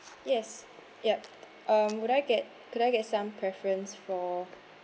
yes yup um would I get could I get some preference for